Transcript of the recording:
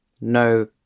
no